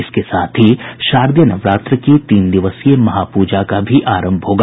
इसके साथ ही शारदीय नवरात्र की तीन दिवसीय महापूजा का भी आरंभ होगा